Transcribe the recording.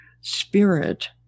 spirit